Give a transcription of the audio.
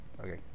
okay